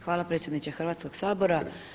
Hvala predsjedniče Hrvatskog sabora.